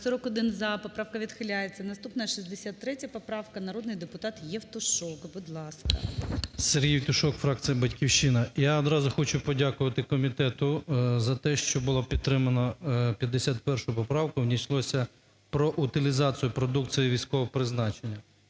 За-41 Поправка відхиляється. Наступна 63 поправка. Народний депутат Євтушок. Будь ласка. 13:31:18 ЄВТУШОК С.М. Сергій Євтушок, фракція "Батьківщина". Я одразу хочу подякувати комітету за те, що було підтримано 51 поправку, в ній йшлося про утилізацію продукції військового призначення.